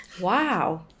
Wow